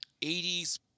80s